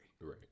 Right